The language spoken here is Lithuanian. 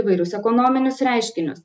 įvairius ekonominius reiškinius